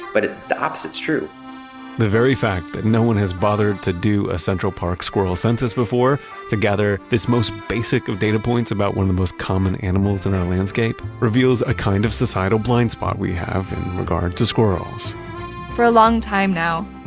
but ah the opposite's true the very fact that no one has bothered to do a central park squirrel census before to gather this most basic of data points about one of the most common animals in our landscape reveals a kind of societal blind spot we have in regard to squirrels for a long time now,